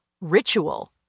ritual